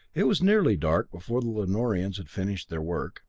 it was nearly dark before the lanorians had finished their work,